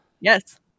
Yes